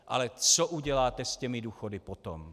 Ale co uděláte s těmi důchody potom?